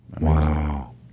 Wow